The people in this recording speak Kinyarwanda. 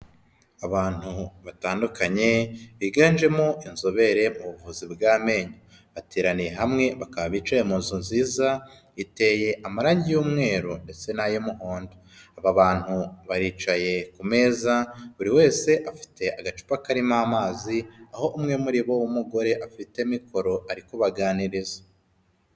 Abantu batandukanye biganjemo inzobere mu buvuzi bw'amenyo, bateraniye hamwe bakaba bicaye mu nzu nziza, iteye amarangi y'umweru ndetse n'ay'umuhondo, aba bantu baricaye ku meza, buri wese afite agacupa karimo amazi, aho umwe muri bo w'umugore afite mikoro ari kubabaganiriza.